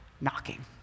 knocking